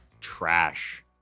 trash